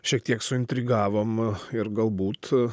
šiek tiek suintrigavom ir galbūt